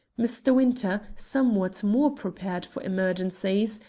mr. winter, somewhat more prepared for emergencies,